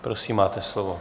Prosím, máte slovo.